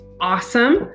awesome